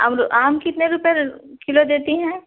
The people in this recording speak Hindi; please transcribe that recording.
और आम कितने रुपए किलो देती हैं